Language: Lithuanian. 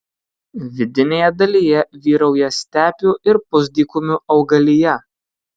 vidinėje dalyje vyrauja stepių ir pusdykumių augalija